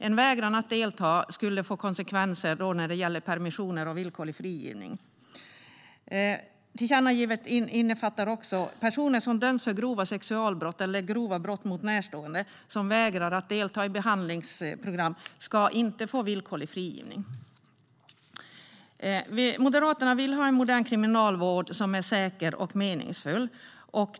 En vägran att delta skulle få konsekvenser för permissioner och villkorlig frigivning. Tillkännagivandet innefattar också att personer som dömts för grova sexualbrott eller grova brott mot närstående och som vägrar att delta i behandlingsprogram inte ska få villkorlig frigivning. Moderaterna vill ha en modern kriminalvård som är säker och meningsfull.